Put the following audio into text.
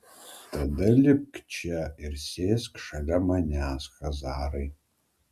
tada lipk čia ir sėsk šalia manęs chazarai